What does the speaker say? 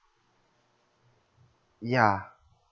yeah